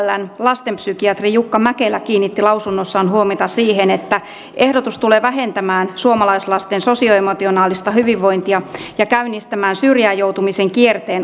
thln lastenpsykiatri jukka mäkelä kiinnitti lausunnossaan huomiota siihen että ehdotus tulee vähentämään suomalaislasten sosioemotionaalista hyvinvointia ja käynnistämään syrjään joutumisen kierteen useille lapsille